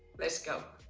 blet's go.